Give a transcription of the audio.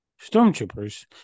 stormtroopers